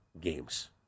games